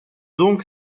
donc